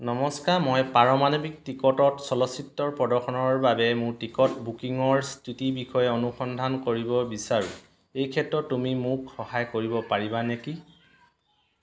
নমস্কাৰ মই পাৰমাণৱিক টিকটত চলচ্চিত্ৰ প্ৰদৰ্শনৰ বাবে মোৰ টিকট বুকিংৰ স্থিতিৰ বিষয়ে অনুসন্ধান কৰিব বিচাৰোঁ এইক্ষেত্ৰত তুমি মোক সহায় কৰিব পাৰিবা নেকি